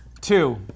Two